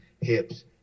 hips